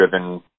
driven